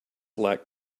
lack